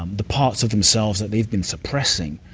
um the parts of themselves that they've been suppressing,